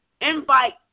Invite